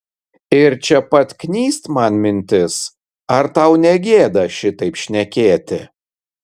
ir čia pat knyst man mintis ar tau negėda šitaip šnekėti